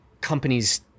companies